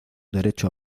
derecho